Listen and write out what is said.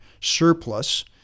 surplus